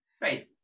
Right